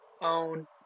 own